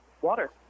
water